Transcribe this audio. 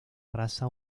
raza